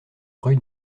rue